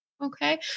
okay